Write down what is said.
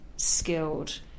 skilled